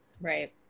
Right